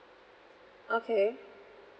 okay